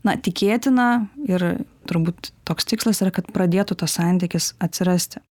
na tikėtina ir turbūt toks tikslas yra kad pradėtų tas santykis atsirasti